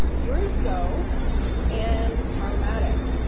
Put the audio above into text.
brusso and powermatic. yeah.